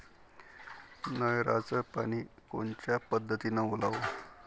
नयराचं पानी कोनच्या पद्धतीनं ओलाव?